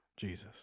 Jesus